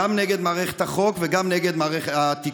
גם נגד מערכת החוק וגם נגד התקשורת.